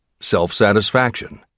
Self-satisfaction